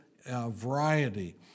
variety